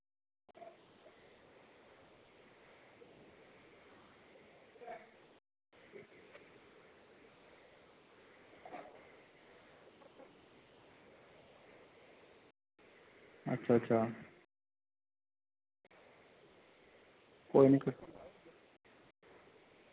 अच्छा अच्छा कोई निं कोई निं